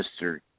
Mr